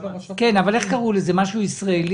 אם לא זוכרים